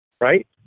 right